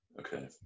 Okay